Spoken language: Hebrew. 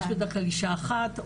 שיש בדרך כלל אישה אחת,